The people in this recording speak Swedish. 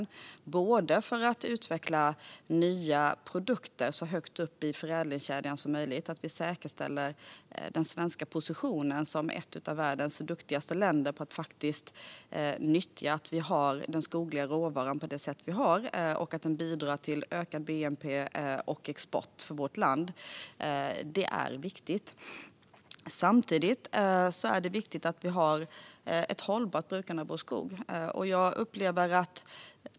De behövs för att utveckla nya produkter så högt uppe i förädlingskedjan som möjligt och säkerställa den svenska positionen som ett av de länder i världen som är duktigast på att nyttja den skogliga råvaran, vilken bidrar till ökad bnp och export för vårt land. Det är viktigt. Samtidigt är det viktigt att vi har ett hållbart brukande av skog.